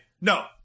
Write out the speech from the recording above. no